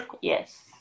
Yes